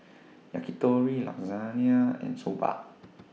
Yakitori Lasagne and Soba